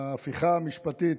ההפיכה המשפטית,